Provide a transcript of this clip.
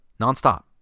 Nonstop